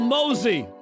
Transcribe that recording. Mosey